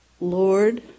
Lord